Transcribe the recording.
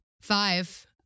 Five